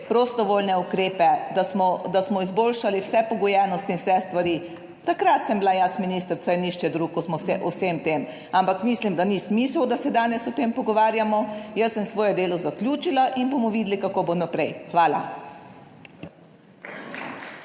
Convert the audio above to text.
prostovoljne ukrepe, da smo izboljšali vse pogojenosti in vse stvari. Takrat sem bila jaz ministrica in nihče drug, kot smo se o vsem tem, ampak mislim, da ni smisel, da se danes o tem pogovarjamo. Jaz sem svoje delo zaključila in bomo videli, kako bo naprej. Hvala.